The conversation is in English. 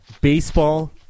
baseball